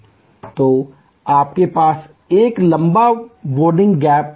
तो आपके पास एक लंबा बोर्डिंग गैप नहीं है